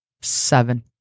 Seven